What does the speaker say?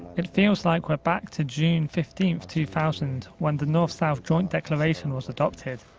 it feels like we're back to june fifteenth, two thousand when the north-south joint declaration was adopted.